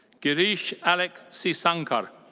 gireesh alec seesankar.